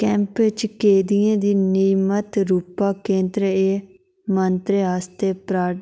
camp च इ'नें रूपा केंद्र ए मंत्र केंद्र आस्तै